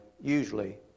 usually